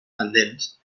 pendents